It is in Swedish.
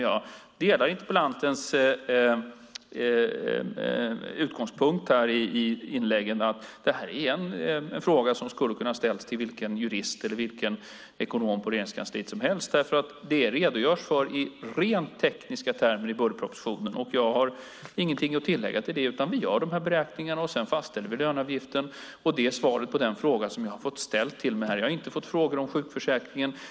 Jag delar interpellantens utgångspunkt i inläggen att detta är en fråga som skulle ha kunnat ställas till vilken jurist eller ekonom som helst på Regeringskansliet. Det redogörs för detta i rent tekniska termer i budgetpropositionen. Jag har ingenting att tillägga till det. Vi gör de beräkningarna, och sedan fastställer vi löneavgiften. Det är svaret på den fråga som har ställts till mig. Jag har inte fått frågor om sjukförsäkringen.